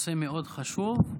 מס' 343,